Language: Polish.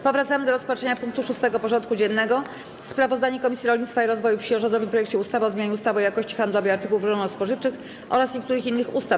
Powracamy do rozpatrzenia punktu 6. porządku dziennego: Sprawozdanie Komisji Rolnictwa i Rozwoju Wsi o rządowym projekcie ustawy o zmianie ustawy o jakości handlowej artykułów rolno-spożywczych oraz niektórych innych ustaw.